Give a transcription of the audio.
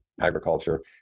agriculture